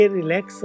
relax